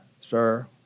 sir